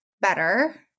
better